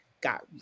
got